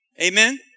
Amen